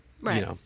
Right